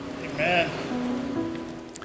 Amen